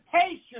patience